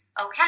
okay